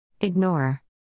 Ignore